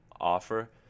offer